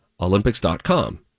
olympics.com